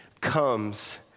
comes